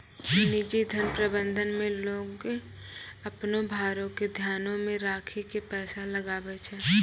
निजी धन प्रबंधन मे लोगें अपनो भारो के ध्यानो मे राखि के पैसा लगाबै छै